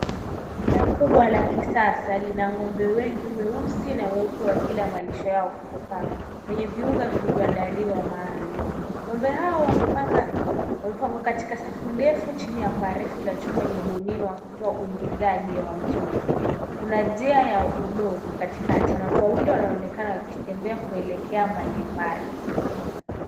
Banda kubwa la kisasa lina ng'ombe wengi weusi na weupe wakila malisho yao kutoka kwenye viunga vilivyoandaliwa maalum. Ng'ombe hao wamepangwa katika safu ndefu chini ya paa refu la chuma lililobuniwa kutoa uingizaji mzuri. Kuna njia ya udongo katikati na watu wawili wanaonekana wakitembea kuelekea mbalimbali.